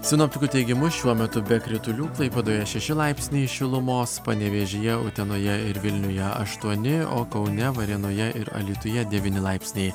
sinoptikų teigimu šiuo metu be kritulių klaipėdoje šeši laipsniai šilumos panevėžyje utenoje ir vilniuje aštuoni o kaune varėnoje ir alytuje devyni laipsniai